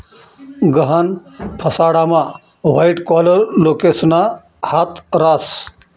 गहाण फसाडामा white collar लोकेसना हात रास